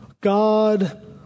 God